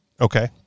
Okay